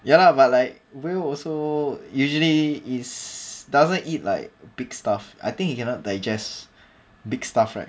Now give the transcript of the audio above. ya lah but like whale also usually is doesn't eat like big stuff I think it cannot digest big stuff right